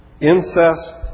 incest